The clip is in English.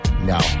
No